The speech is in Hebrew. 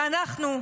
ואנחנו,